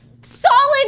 solid